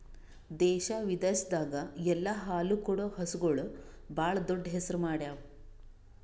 ದೇಶ ವಿದೇಶದಾಗ್ ಎಲ್ಲ ಹಾಲು ಕೊಡೋ ಹಸುಗೂಳ್ ಭಾಳ್ ದೊಡ್ಡ್ ಹೆಸರು ಮಾಡ್ಯಾವು